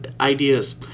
ideas